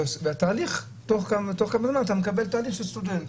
ובתוך כמה זמן אתה מקבל מעמד של סטודנט.